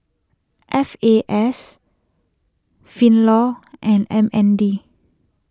F A S finlaw and M N D